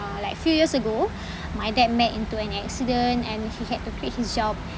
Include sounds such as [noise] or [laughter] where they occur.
uh like few years ago [breath] my dad met into an accident and he had to quit his job